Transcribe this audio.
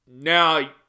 Now